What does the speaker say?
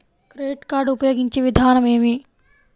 Credit card ఉపయోగించే విధానం ఏమి?